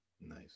nice